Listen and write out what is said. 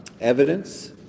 evidence